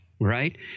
right